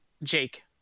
Jake